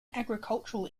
agricultural